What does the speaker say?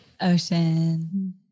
ocean